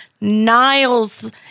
niles